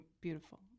beautiful